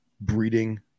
breeding